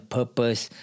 purpose